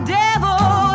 devil